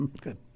Good